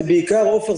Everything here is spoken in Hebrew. עפר,